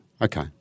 Okay